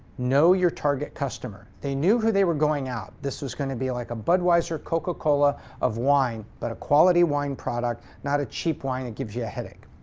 no your target customer. they knew who they were going at. this was going to be like a budweiser, coca-cola of wine, but a quality wine product, not a cheap wine that gives you a headache.